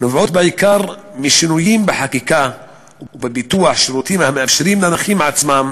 נובעות בעיקר משינויים בחקיקה ומפיתוח שירותים המאפשרים לנכים עצמם